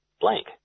blank